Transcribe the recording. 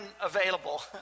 available